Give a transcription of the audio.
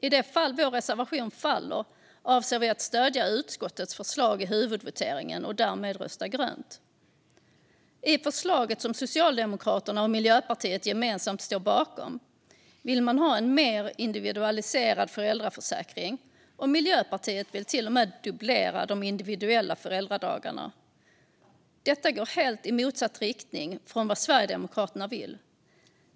I det fall vår reservation faller avser vi att stödja utskottets förslag i huvudvoteringen och därmed rösta grönt. I det förslag som Socialdemokraterna och Miljöpartiet gemensamt står bakom vill man ha en mer individualiserad föräldraförsäkring, och Miljöpartiet vill till och med dubblera de individuella föräldradagarna. Detta går i helt motsatt riktning jämfört med vad Sverigedemokraterna vill.